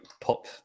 pop